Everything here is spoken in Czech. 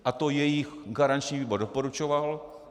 A to jejich garanční výbor doporučoval.